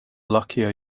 luckier